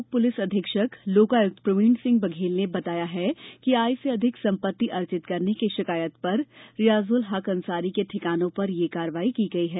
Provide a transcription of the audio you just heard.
उप पुलिस अधीक्षक लोकायुक्त प्रवीण सिंह बघेल ने बताया कि आय से अधिक संपत्ति अर्जित करने की शिकायत पर रियाजुल हक अंसारी के ठिकानों पर यह कार्रवाई की गई है